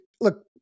look